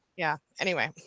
yeah. anyway.